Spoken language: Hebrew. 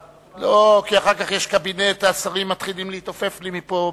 אחר כך יש קבינט והשרים מתחילים להתעופף לי מפה.